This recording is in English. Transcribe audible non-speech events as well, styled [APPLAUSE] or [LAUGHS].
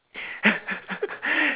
[LAUGHS]